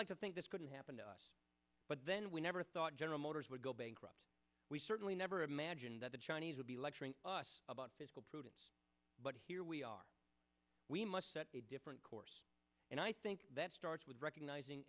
like to think this couldn't happen to us but then we never thought general motors would go bankrupt we certainly never imagined that the chinese would be lecturing us about fiscal prudence but here we are we must set a different course and i think that starts with recognizing